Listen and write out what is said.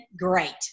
Great